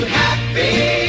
happy